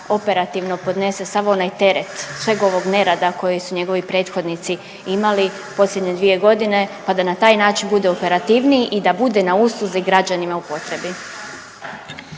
operativno podnese sav onaj teret sveg onog nerada koji su njegovi prethodnici imali posljednje 2 godine pa da na taj način bude operativniji i da bude na usluzi građanima u potrebi.